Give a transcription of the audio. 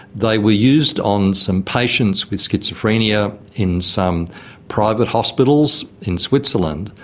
they were used on some patients with schizophrenia in some private hospitals in switzerland.